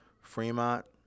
Fremont